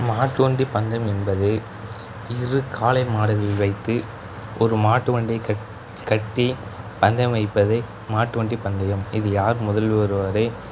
மாட்டுவண்டி பந்தயம் என்பது இரு காளைமாடுகள் வைத்து ஒரு மாட்டுவண்டி கட் கட்டி பந்தயம் வைப்பது மாட்டுவண்டி பந்தயம் இதில் யார் முதலில் வருபவரே